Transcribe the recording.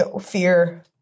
fear